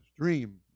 dream